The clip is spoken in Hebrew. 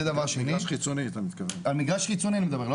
מגרש חיצוני אני מדבר.